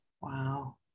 Wow